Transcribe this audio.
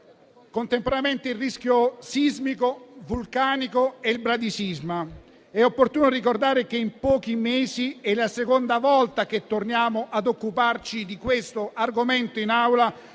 ministro Musumeci - i rischi sismico, vulcanico e il bradisismo. È opportuno ricordare che in pochi mesi è la seconda volta che torniamo ad occuparci di questo argomento in Aula